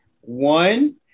one